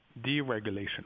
deregulation